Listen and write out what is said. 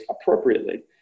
appropriately